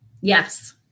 yes